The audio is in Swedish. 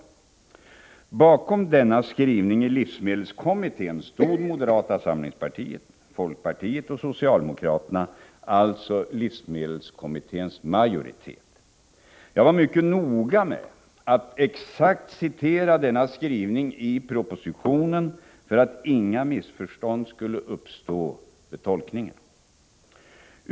Bakom denna skrivning i livsmedelskommittén stod moderata samlingspartiet, folkpartiet och socialdemokraterna, alltså livsmedelskommitténs majoritet. Jag var noga med att exakt citera skrivningen i propositionen för att inga missförstånd skulle uppstå vid tolkningen.